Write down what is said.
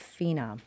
phenom